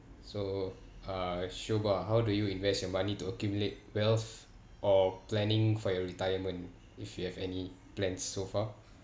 so uh shoba how do you invest your money to accumulate wealth or planning for your retirement if you have any plans so far